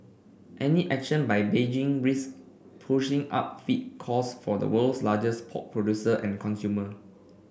any action by Beijing risk pushing up feed costs for the world's largest pork producer and consumer